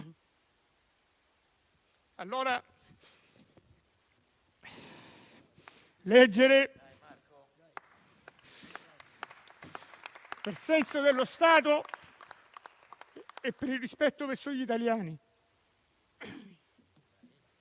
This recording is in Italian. leggendo. Per senso dello Stato e per il rispetto verso gli italiani